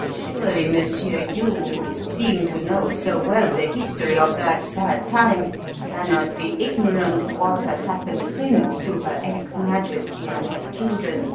surely, monsieur, you who seem to know so well the history of that sad time cannot be ignorant of what has happened since to her ex-majesty and her children?